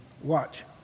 watch